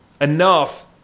enough